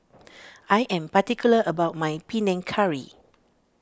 I am particular about my Panang Curry